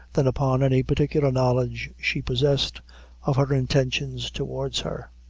than upon any particular knowledge she possessed of her intentions towards her.